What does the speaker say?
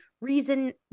reason